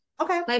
okay